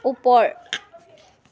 ওপৰ